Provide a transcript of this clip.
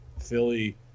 Philly